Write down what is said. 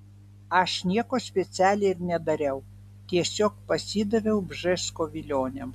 aš nieko specialiai ir nedariau tiesiog pasidaviau bžesko vilionėms